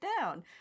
down